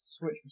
switch